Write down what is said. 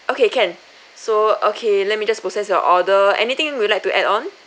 okay can so okay let me just process your order anything you would like to add on